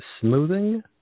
smoothing